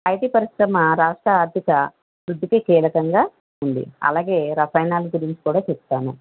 IT పరిశ్రమ రాష్ట్ర ఆర్ధిక వృద్ధికి కీలకంగా ఉంది అలాగే రసాయనాల గురించి కూడా చెప్తాను